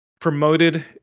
promoted